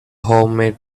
homemade